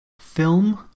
Film